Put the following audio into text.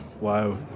wow